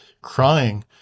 crying